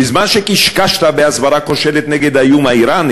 בזמן שקשקשת בהסברה כושלת נגד האיום האיראני